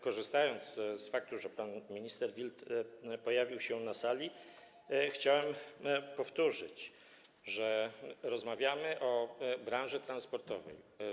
Korzystając z faktu, że pan minister Wild pojawił się na sali, chciałem powtórzyć, że rozmawiamy o branży transportowej.